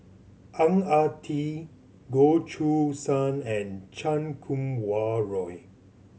Ang Ah Tee Goh Choo San and Chan Kum Wah Roy